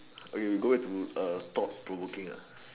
okay we go back to err thought provoking ah